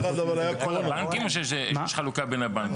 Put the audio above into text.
זה כל הבנקים או שיש חלוקה בין הבנקים?